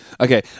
Okay